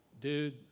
dude